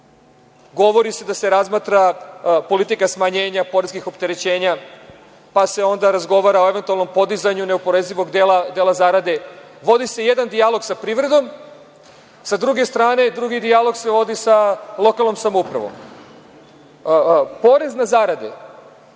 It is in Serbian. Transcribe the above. govori se da se razmatra politika smanjenja poreskih opterećenja, pa se onda razgovara o eventualnom podizanju neoporezivog dela zarada. Vodi se jedan dijalog sa privredom, sa druge strane drugi dijalog se vodi sa lokalnom samoupravom. Porez